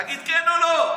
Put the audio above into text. תגיד כן או לא.